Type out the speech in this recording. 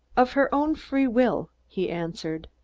of her own free will, he answered.